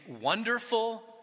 Wonderful